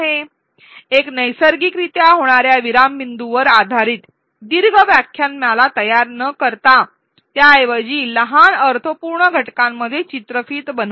एक दीर्घ व्याख्यानमाला तयार करत नाही त्याऐवजी नैसर्गिकरित्या होणार्या विराम बिंदूंच्या आधारे लहान अर्थपूर्ण घटकांमध्ये चित्रफित बनवा